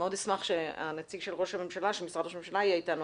מאוד אשמח שהנציג של משרד ראש הממשלה יהיה איתנו,